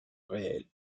réel